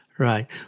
Right